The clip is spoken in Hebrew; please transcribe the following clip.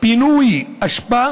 פינוי אשפה